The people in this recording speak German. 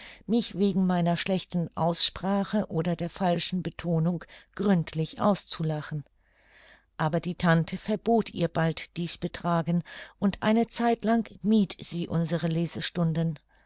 mich wegen meiner schlechten aussprache oder der falschen betonung gründlich auszulachen aber die tante verbot ihr bald dies betragen und eine zeitlang mied sie unsere lesestunden